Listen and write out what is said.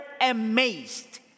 amazed